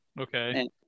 Okay